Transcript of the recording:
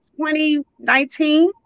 2019